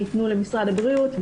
ניתנו למשרד הבריאות,